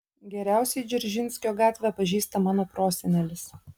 geriausiai dzeržinskio gatvę pažįsta mano prosenelis